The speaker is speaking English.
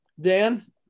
Dan